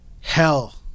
hell